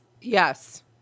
Yes